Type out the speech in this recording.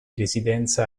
residenza